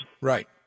Right